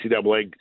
NCAA